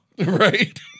Right